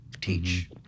teach